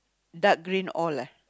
dark green all ah